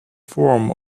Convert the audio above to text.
form